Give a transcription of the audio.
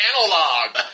analog